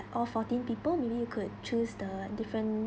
all fourteen people maybe you could choose the different